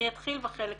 אני אתחיל בחלק הטוב.